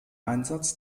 einsatz